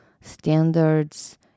standards